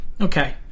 Okay